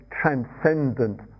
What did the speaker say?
transcendent